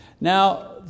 Now